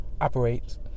operates